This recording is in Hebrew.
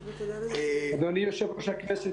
אדוני יושב-ראש הוועדה,